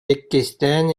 иккистээн